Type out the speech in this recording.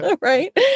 right